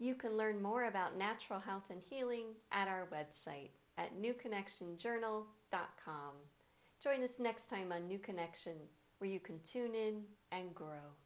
you can learn more about natural health and healing at our website at new connection journal dot com join us next time a new connection where you can tune in and grow